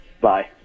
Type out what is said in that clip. Bye